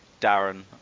Darren